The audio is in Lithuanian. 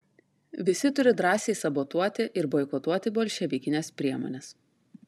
visi turi drąsiai sabotuoti ir boikotuoti bolševikines priemones